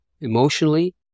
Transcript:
emotionally